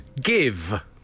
Give